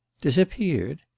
Disappeared